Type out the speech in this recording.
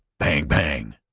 bang! bang!